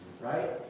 right